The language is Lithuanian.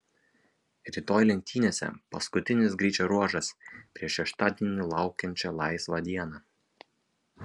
rytoj lenktynėse paskutinis greičio ruožas prieš šeštadienį laukiančią laisvą dieną